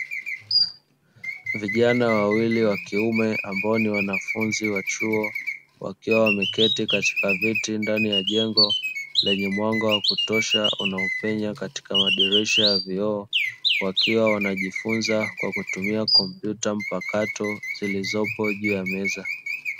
Vijana wawili wa kiume ambao ni wanafunzi wa chuo wakiwa wameketi katika viti ndani ya jengo lenye mwanga wa kutosha unaopenya katika madirisha ya vioo, wakiwa wanajifunza kwa kutumia kompyuta mpakato zilizopo juu ya meza.